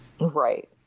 Right